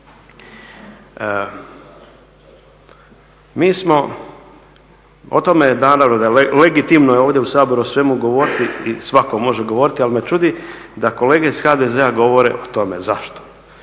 o tome, o tome je, naravno legitimno je ovdje u Saboru o svemu govoriti i svatko može govoriti. Ali me čudi da kolege iz HDZ-a govore o tome. Zašto?